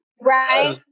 Right